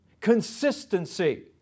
consistency